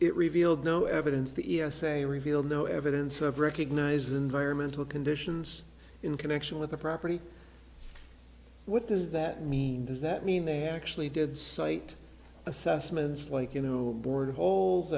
it revealed no evidence the e s a revealed no evidence of recognise environmental conditions in connection with the property what does that mean does that mean they actually did cite assessments like you know i'm bored holes